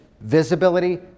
Visibility